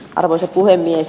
arvoisa puhemies